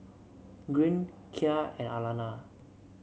Gwyn Kya and Alanna